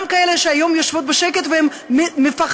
גם כאלה שהיום יושבות בשקט והן מפחדות,